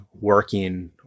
working